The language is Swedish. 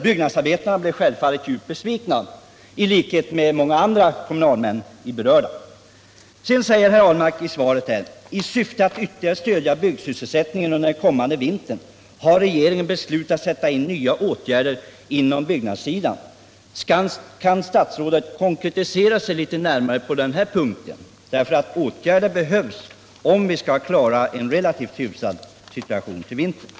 Byggnadsarbetarna blev självfallet djupt besvikna i likhet med många kommunalmän i berörda kommuner. I sitt svar säger arbetsmarknadsministern: ”I syfte att ytterligare stödja byggsysselsättningen under den kommande vintern har regeringen beslutat sätta in nya åtgärder på byggnadssidan.” Kan statsrådet konkretisera sig litet närmare på den här punkten? Åtgärder behövs nämligen om vi skall få en ökad sysselsättning till vintern.